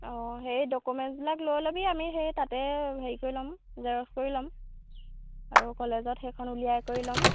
অঁ হেৰি ডকুমেণ্টবিলাক লৈ ল'বি আমি সেই তাতে হেৰি কৰি ল'ম জেৰক্স কৰি ল'ম আৰু কলেজত সেইখন উলিয়াই কৰি ল'ম